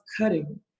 cutting